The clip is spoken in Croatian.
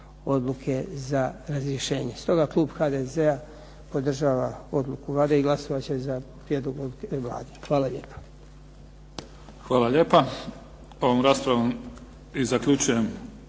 odluke za razrješenje. Stoga klub HDZ-a podržava odluku Vlade i glasovati će za prijedlog odluke Vlade. Hvala lijepo. **Mimica, Neven (SDP)** Hvala lijepa. Ovom raspravom i zaključujem